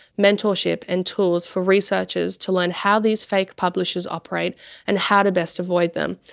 mentorship and tools for researchers to learn how these fake publishers operate and how to best avoid them,